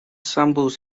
symbols